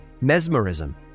Mesmerism